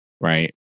Right